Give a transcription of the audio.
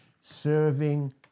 serving